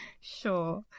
Sure